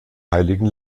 heiligen